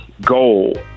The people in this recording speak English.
goal